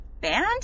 Band